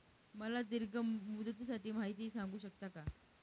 मला दीर्घ मुदतीसाठी माहिती सांगू शकता का?